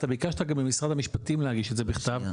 אתה גם ביקשת ממשרד המשפטים להגיש את זה בכתב,